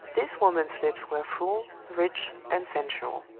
this woman's lips were full, rich, and sensual.